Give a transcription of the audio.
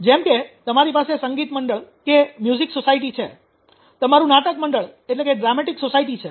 જેમ કે તમારી પાસે સંગીત મંડળ છે તમારુ નાટક મંડળ છે